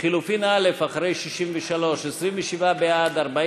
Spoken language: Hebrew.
לחלופין א' של קבוצת סיעת הרשימה המשותפת